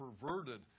perverted